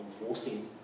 enforcing